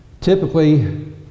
Typically